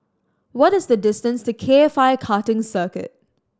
what is the distance to K F I Karting Circuit